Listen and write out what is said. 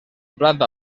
planta